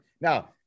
Now